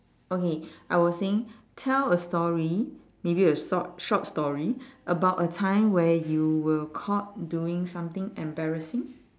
okay I was saying tell a story maybe a short short story about a time where you were caught doing something embarrassing